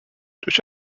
durch